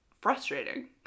frustrating